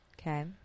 Okay